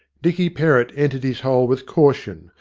dicky perrott entered his hole with caution,